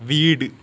വീട്